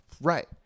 right